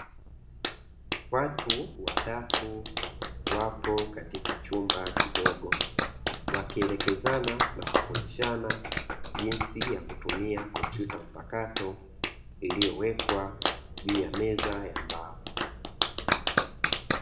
Watu watatu wapo katika chumba kidogo wakielekezana na kufundishana jinsi ya kutumia kompyuta mpakato iliyowekwa juu ya meza ya mbao.